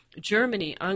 Germany